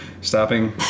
stopping